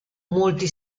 molti